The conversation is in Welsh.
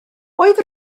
oedd